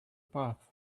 path